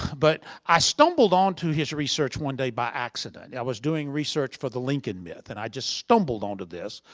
but i stumbled on to his research one day by accident. i was doing research for the lincoln myth and i just stumbled on to this.